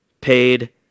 paid